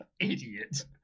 idiot